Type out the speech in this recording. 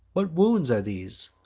what wounds are these?